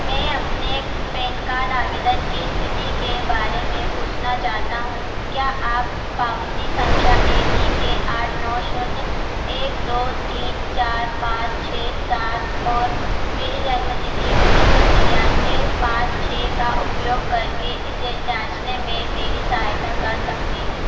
में अपने PAN card आवेदन की इस्थिति के बारे में पूछना चाहता हूँ क्या आप पावती सँख्या ए सी के आठ नौ शून्य एक दो तीन चार पाँच छह सात और मेरी जन्मतिथि उन्नीस सौ तेरानवे पाँच छह का उपयोग करके इसे जाँचने में मेरी सहायता कर सकते हैं